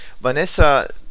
Vanessa